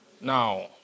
Now